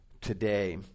today